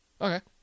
Okay